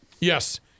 Yes